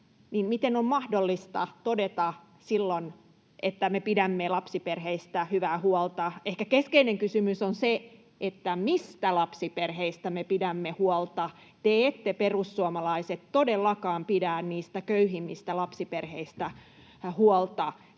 Miten on mahdollista todeta silloin, että me pidämme lapsiperheistä hyvää huolta? Ehkä keskeinen kysymys on se, mistä lapsiperheistä me pidämme huolta. Te perussuomalaiset ette todellakaan pidä niistä köyhimmistä lapsiperheistä huolta.